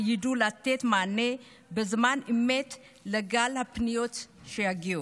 שידעו לתת מענה בזמן אמת לגל הפניות שיגיעו.